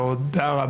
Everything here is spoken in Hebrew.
תודה.